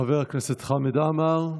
חבר הכנסת חמד עמאר,